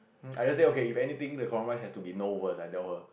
I just say okay if anything the compromise has to be no worse I tell her